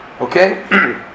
okay